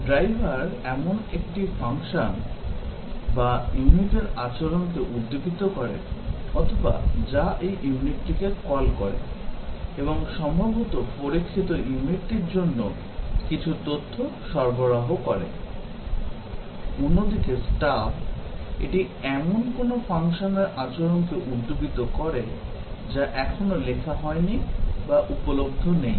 driver এমন একটি যা ফাংশন বা ইউনিটের আচরণকে উদ্দীপিত করে অথবা যা এই ইউনিটটিকে কল করে এবং সম্ভবত পরীক্ষিত ইউনিটটির জন্য কিছু তথ্য সরবরাহ করে অন্যদিকে স্টাব এটি এমন কোনও ফাংশনের আচরণকে উদ্দীপিত করে যা এখনও লেখা হয়নি বা এটি উপলব্ধ নেই